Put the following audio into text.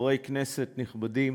חברי כנסת נכבדים,